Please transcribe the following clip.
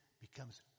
becomes